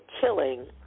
killing